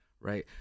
Right